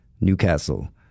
Newcastle